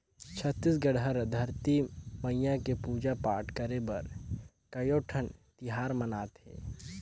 छत्तीसगढ़ हर धरती मईया के पूजा पाठ करे बर कयोठन तिहार मनाथे